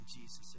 Jesus